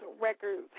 Records